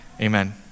Amen